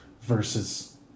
versus